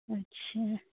अच्छा